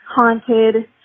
haunted